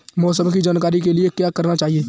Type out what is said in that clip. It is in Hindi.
मौसम की जानकारी के लिए क्या करना चाहिए?